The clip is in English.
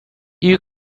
you